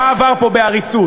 מה עבר פה בעריצות?